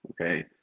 Okay